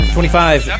Twenty-five